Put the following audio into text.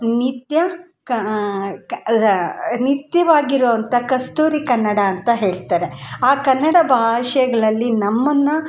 ನಿತ್ಯ ನಿತ್ಯವಾಗಿರೋ ಅಂತ ಕಸ್ತೂರಿ ಕನ್ನಡ ಅಂತ ಹೇಳ್ತಾರೆ ಆ ಕನ್ನಡ ಭಾಷೆಗ್ಳಲ್ಲಿ ನಮ್ಮನ್ನು